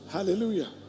Hallelujah